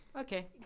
Okay